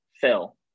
Phil